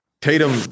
Tatum